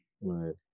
right